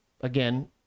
Again